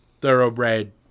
Thoroughbred